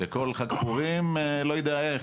שכל חג פורים לא יודע איך,